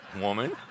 woman